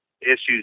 issues